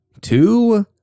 two